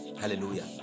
Hallelujah